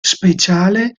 speciale